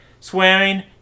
Swearing